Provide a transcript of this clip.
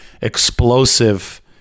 explosive –